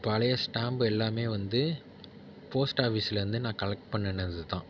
பழைய ஸ்டாம்பு எல்லாமே வந்து போஸ்ட் ஆஃபிஸ்லேருந்து நான் கலெக்ட் பண்ணினது தான்